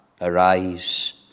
Arise